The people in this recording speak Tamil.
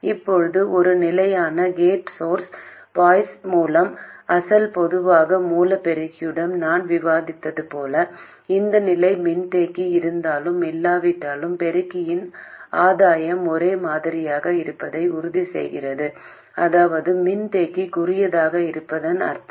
இப்போது ஒரு நிலையான கேட் சோர்ஸ் பயாஸ் மூலம் அசல் பொதுவான மூல பெருக்கியுடன் நாம் விவாதித்தது போல இந்த நிலை மின்தேக்கி இருந்தாலும் இல்லாவிட்டாலும் பெருக்கியின் ஆதாயம் ஒரே மாதிரியாக இருப்பதை உறுதி செய்கிறது அதாவது மின்தேக்கி குறுகியதாக இருப்பதன் அர்த்தம்